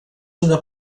una